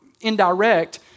indirect